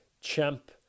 Champ